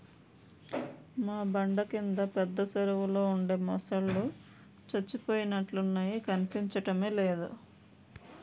మా బండ కింద పెద్ద చెరువులో ఉండే మొసల్లు సచ్చిపోయినట్లున్నాయి కనిపించడమే లేదు